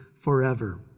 forever